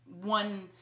one